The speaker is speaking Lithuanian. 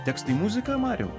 tekstai muzika mariau